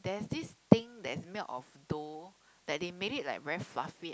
there's this thing that is made of dough that they made it like very fluffy and